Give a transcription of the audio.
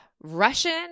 Russian